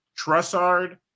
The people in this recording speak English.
Trussard